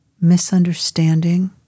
misunderstanding